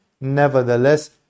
nevertheless